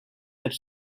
that